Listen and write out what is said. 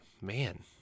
Man